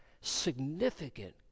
Significant